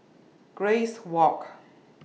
Grace Walk